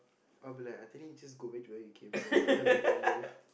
I'll be like I think just go back to where you came from I can't support you